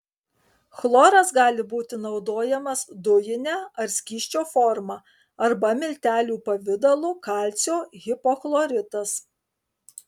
chloras gali būti naudojamas dujine ar skysčio forma arba miltelių pavidalu kalcio hipochloritas